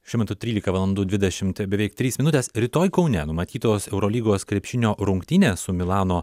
šiuo metu trylika valandų dvidešimt beveik trys minutės rytoj kaune numatytos eurolygos krepšinio rungtynės su milano